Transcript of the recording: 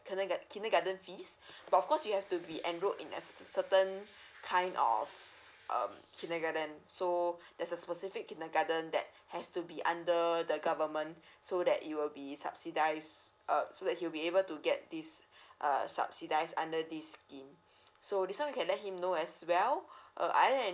kinderga~ kindergarten fees but of course you have to be enrolled in a certain kind of um kindergarten so there's a specific kindergarten that has to be under the government so that it will be subsidized err so that he will be able to get this err subsidized under this scheme so this one we can let him know as well uh other than